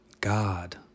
God